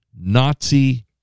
Nazi